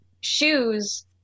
shoes